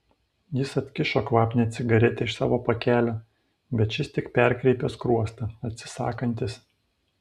jis atkišo kvapnią cigaretę iš savo pakelio bet šis tik perkreipė skruostą atsisakantis